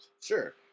Sure